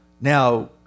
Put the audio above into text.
Now